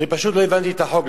פשוט לא הבנתי את החוק,